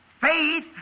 faith